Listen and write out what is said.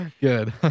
Good